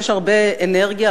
יש הרבה אנרגיה,